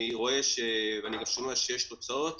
אני רואה ושומע שיש תוצאות